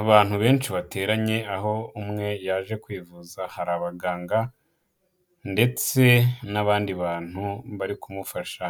Abantu benshi bateranye aho umwe yaje kwivuza, hari abaganga ndetse n'abandi bantu bari kumufasha,